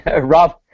Rob